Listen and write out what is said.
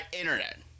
internet